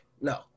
no